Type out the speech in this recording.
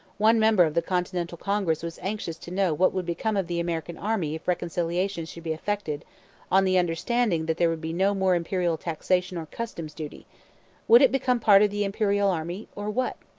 one member of the continental congress was anxious to know what would become of the american army if reconciliation should be effected on the understanding that there would be no more imperial taxation or customs duty would it become part of the imperial army, or what?